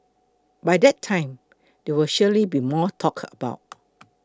by that time there will surely be more talk about